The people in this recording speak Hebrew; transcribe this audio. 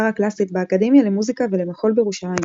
קלאסית באקדמיה למוסיקה ולמחול בירושלים.